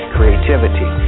Creativity